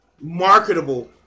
marketable